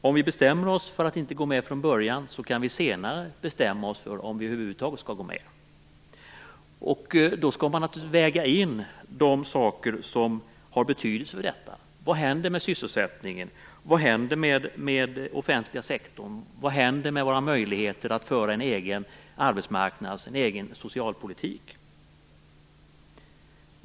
Om vi bestämmer oss för att inte gå med i EMU från början, kan vi senare bestämma oss för om vi över huvud taget skall ansluta oss. Naturligtvis skall de faktorer som har betydelse för beslutet vägas in, nämligen vad som händer med sysselsättningen, vad som händer med den offentliga sektorn och med våra möjligheter att föra en egen arbetsmarknadspolitik och en egen socialpolitik.